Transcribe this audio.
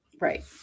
Right